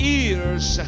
ears